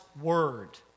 word